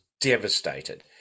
devastated